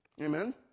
Amen